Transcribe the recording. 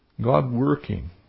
God-working